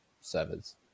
servers